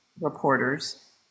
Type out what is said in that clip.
reporters